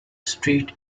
street